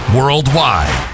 worldwide